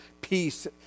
peace